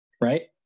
Right